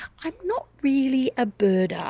i'm not really a birder.